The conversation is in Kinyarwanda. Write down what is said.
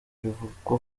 bivugwa